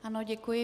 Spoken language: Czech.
Ano, děkuji.